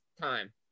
time